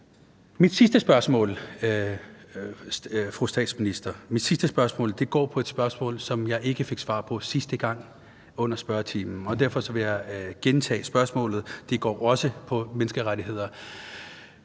til statsministeren går på et spørgsmål, som jeg ikke fik svar på i den sidste spørgetime. Derfor vil jeg gentage mit spørgsmål, og det går også på menneskerettigheder.